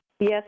Yes